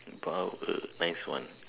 but will next one